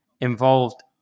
involved